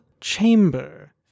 chamber